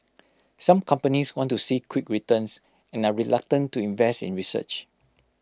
some companies want to see quick returns and are reluctant to invest in research